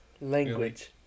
Language